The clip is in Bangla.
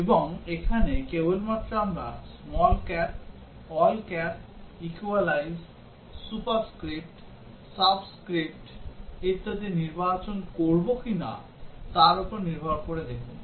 এবং এখানে কেবলমাত্র আমরা small cap all cap equalise superscript subscript ইত্যাদি নির্বাচন করব কিনা তার উপর নির্ভর করে দেখুন